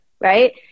right